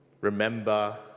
Remember